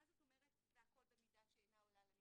מה זאת אומרת "והכל במידה שאינה עולה על הנדרש"?